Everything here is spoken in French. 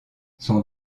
son